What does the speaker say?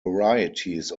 varieties